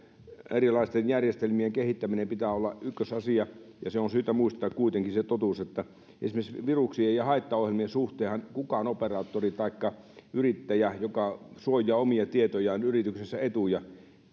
erilaisten järjestelmien kehittämisen pitää olla ykkösasia ja on syytä muistaa kuitenkin se totuus että esimerkiksi viruksien ja haittaohjelmien suhteenhan mikään operaattori taikka yrittäjä joka suojaa omia tietojaan ja yrityksensä etuja